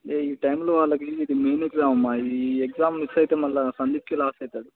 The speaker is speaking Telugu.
ఈ టైంలోవాళ్ళకి ఇది మెయిన్ ఎగ్జామ్ అమ్మ ఈ ఎగ్జామ్ మిస్ అయితే మరల సందీప్కి లాస్ అవుతుంది